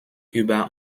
über